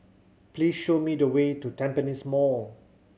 please show me the way to Tampines Mall